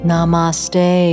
Namaste